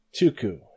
Tuku